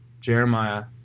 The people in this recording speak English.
Jeremiah